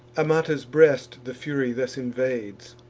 amata's breast the fury thus invades,